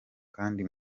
kandi